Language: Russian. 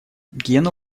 гена